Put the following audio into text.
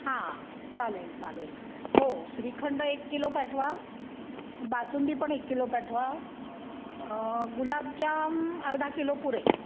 हां चालेल चालेल हो श्रीखंड एक किलो पाठवा बासुंदी पण एक किलो पाठवा गुलाबजाम अर्धा किलो पुरे आहेत